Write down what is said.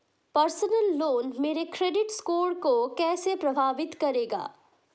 Personal loan मेरे credit score को कैसे प्रभावित करेगा?